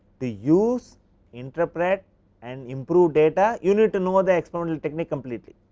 the use interpret and improve data, you need to know the experimental technique completely.